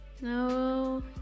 No